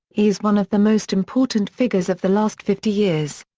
he is one of the most important figures of the last fifty years.